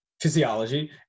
Physiology